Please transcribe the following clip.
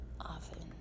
Often